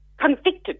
convicted